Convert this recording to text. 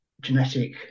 genetic